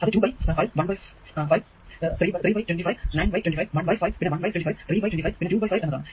അത് 2 by 5 1 by 5 0 3 by 25 9 by 25 1 by 5 പിന്നെ 1 by 25 3 by 25 പിന്നെ 2 ബൈ 5 എന്നതാണ്